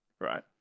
right